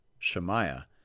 Shemaiah